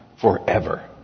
forever